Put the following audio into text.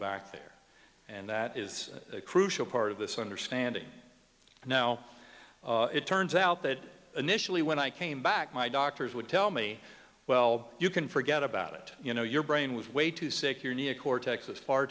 back there and that is a crucial part of this understanding now it turns out that initially when i came back my doctors would tell me well you can forget about it you know your brain was way to secure neocortex was far